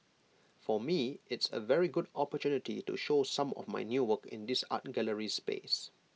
for me it's A very good opportunity to show some of my new work in this art gallery space